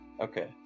Okay